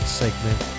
segment